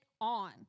on